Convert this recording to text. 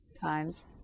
times